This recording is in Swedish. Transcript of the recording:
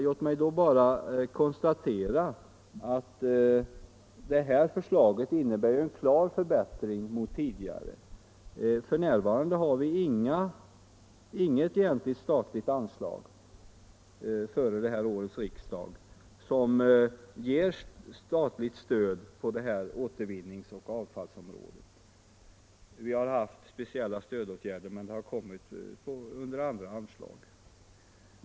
Låt mig då bara konstatera att regeringsförslaget innebär en klar förbättring mot tidigare. Före det här årets riksdag har vi inget egentligt sistligt anslag som ger stöd på återvinningsoch avfallsområdet. Vi har haft speciella stödåtgärder men de har kommit under andra anslag.